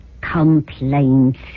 Complaints